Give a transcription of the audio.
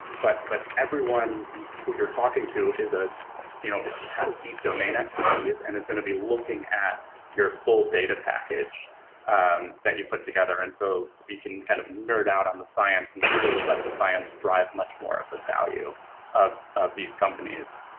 but but everyone who you're talking to ah you know has deep domain expertise and is gonna be looking at your full data package that you put together, and so we can kind of nerd out on the science and really let the science drive much more of the value of of these companies